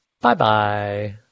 bye-bye